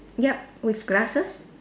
yup with glasses